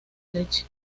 leche